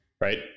Right